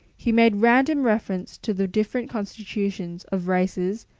he made random reference to the different constitution of races,